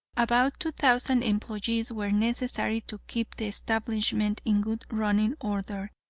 about two thousand employees were necessary to keep the establishment in good running order.